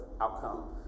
outcome